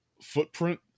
footprint